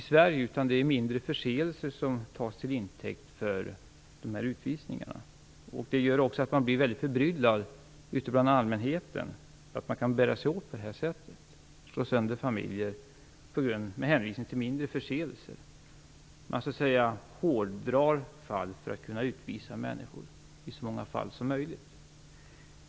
Snarare är det fråga om mindre förseelser som tas till intäkt för de här utvisningarna. Allmänheten blir väldigt förbryllad över att man kan bära sig åt på det här sättet, att man slår sönder familjer med hänvisning till mindre förseelser. Man hårdrar fall för att kunna utvisa så många människor som möjligt.